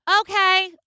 okay